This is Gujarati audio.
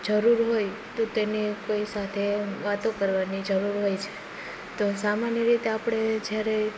જરૂર હોય તો તેને કોઈ સાથે વાતો કરવાની જરૂર હોય છે તો સામાન્ય રીતે આપણે જ્યારે